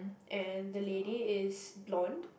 and the lady is blonde